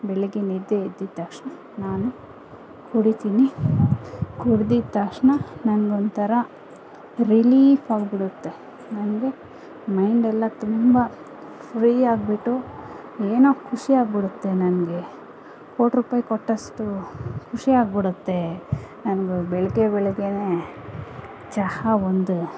ಬೆಳಗ್ಗೆ ನಿದ್ದೆ ಎದ್ದ ತಕ್ಷಣ ನಾನು ಕುಡಿತೀನಿ ಕುಡ್ದಿದ್ದ ತಕ್ಷಣ ನನ್ಗೊಂಥರ ರಿಲೀಫ್ ಆಗ್ಬಿಡುತ್ತೆ ನನಗೆ ಮೈಂಡ್ ಎಲ್ಲ ತುಂಬ ಫ್ರೀ ಆಗಿಬಿಟ್ಟು ಏನೋ ಖುಷಿ ಆಗ್ಬಿಡುತ್ತೆ ನನಗೆ ಕೋಟ್ರುಪಾಯಿ ಕೊಟ್ಟಷ್ಟು ಖುಷಿ ಆಗ್ಬಿಡುತ್ತೆ ನನ್ಗೆ ಬೆಳಗ್ಗೆ ಬೆಳಗ್ಗೆನೆ ಚಹಾ ಒಂದು